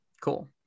cool